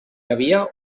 havia